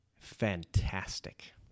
Fantastic